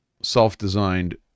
self-designed